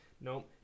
Nope